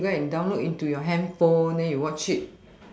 then you go and download into your handphone then you watch it